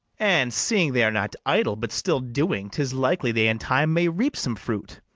and, seeing they are not idle, but still doing, tis likely they in time may reap some fruit,